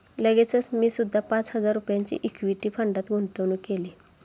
लगेचच मी सुद्धा पाच हजार रुपयांची इक्विटी फंडात गुंतवणूक केली